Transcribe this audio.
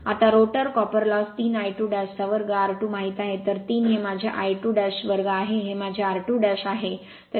आता rotor copper loss 3 I22 r2 माहित आहे तर 3 हे माझे I22 आहे हे माझे r2 आहे तर 1